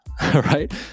right